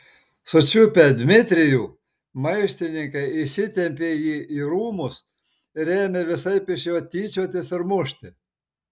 sučiupę dmitrijų maištininkai įsitempė jį į rūmus ir ėmė visaip iš jo tyčiotis ir mušti